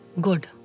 Good